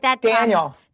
Daniel